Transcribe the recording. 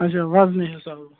اَچھا وَزنہٕ حِساب